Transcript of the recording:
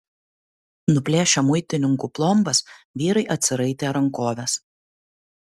nuplėšę muitininkų plombas vyrai atsiraitė rankoves